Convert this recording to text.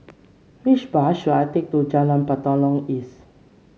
which bus should I take to Jalan Batalong East